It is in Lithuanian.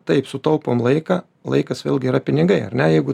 taip sutaupom laiką laikas vėlgi yra pinigai ar ne jeigu